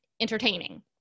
entertaining